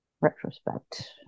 retrospect